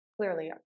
clearly